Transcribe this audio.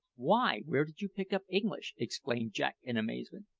why, where did you pick up english? exclaimed jack in amazement.